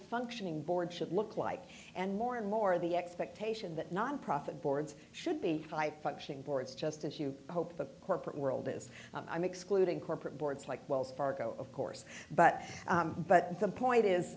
functioning board should look like and more and more the expectation that nonprofit boards should be functioning boards just as you hope the corporate world is i'm excluding corporate boards like wells fargo of course but but the point is